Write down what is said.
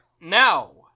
now